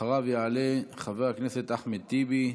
אחריו יעלה חבר הכנסת אחמד טיבי.